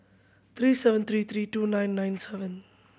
three seven three three two nine nine seven